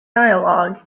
dialogue